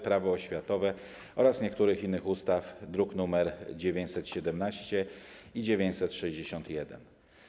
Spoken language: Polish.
Prawo oświatowe oraz niektórych innych ustaw, druki nr 917 i 961.